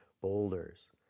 boulders